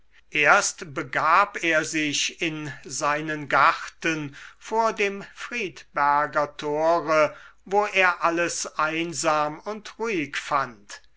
erst begab er sich in seinen garten vor dem friedberger tore wo er alles einsam und ruhig fand